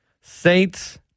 Saints